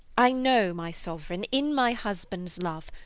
i know, my sovereign, in my husband's love,